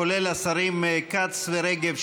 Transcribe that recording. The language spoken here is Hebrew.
כולל השרים כץ ורגב,